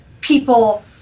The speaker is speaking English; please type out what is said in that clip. people